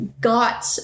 got